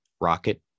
rocket